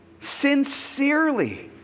sincerely